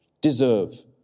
deserve